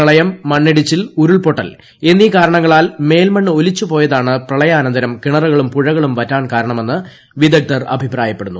പ്രളയം മണ്ണിടിച്ചിൽ ഉരുൾപൊട്ടൽ എന്നീ കാരണങ്ങളാൽ മേൽമണ്ണ് ഒലിച്ചുപോയതാണ് പ്രളയാനന്തരം കിണറുകളും പുഴകളും വറ്റാൻ കാരണമെന്ന് വിദഗ്ധർ അഭിപ്രായപ്പെടുന്നു